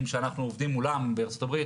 שאנחנו עובדים מולם בארצות הברית: